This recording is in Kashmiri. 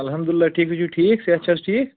الحمدُاللہ ٹھیٖک تُہۍ چھُو ٹھیٖک صحت چھا حظ ٹھیٖک